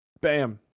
Bam